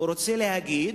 הוא רוצה להגיד: